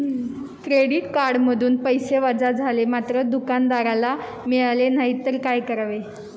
Credit कार्डमधून पैसे वजा झाले मात्र दुकानदाराला मिळाले नाहीत तर काय करावे?